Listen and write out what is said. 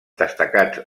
destacats